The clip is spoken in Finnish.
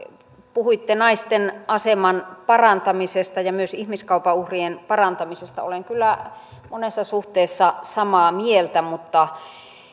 puhuitte naisten aseman parantamisesta ja myös ihmiskaupan uhrien parantamisesta olen kyllä monessa suhteessa samaa mieltä mutta